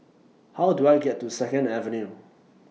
How Do I get to Second Avenue